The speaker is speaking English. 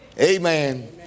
Amen